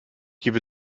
gebe